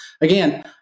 again